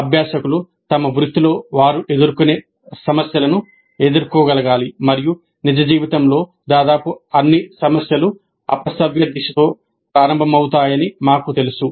అభ్యాసకులు తమ వృత్తిలో వారు ఎదుర్కొనే సమస్యలను ఎదుర్కోగలగాలి మరియు నిజ జీవితంలో దాదాపు అన్ని సమస్యలు అపసవ్య దిశతో ప్రారంభమవుతాయని మాకు తెలుసు